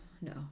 no